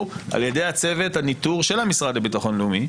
על ידי צוות הניטור של המשרד לביטחון לאומי,